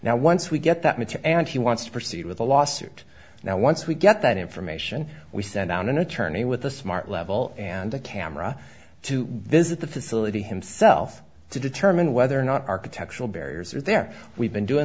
now once we get that material and he wants to proceed with a lawsuit now once we get that information we send out an attorney with a smart level and a camera to visit the facility himself to determine whether or not architectural barriers are there we've been doing